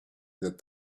that